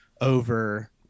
over